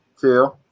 two